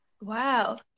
wow